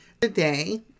today